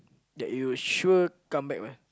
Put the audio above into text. that you sure come back one